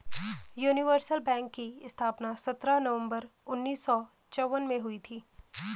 universal bank की स्थापना सत्रह नवंबर उन्नीस सौ चौवन में हुई थी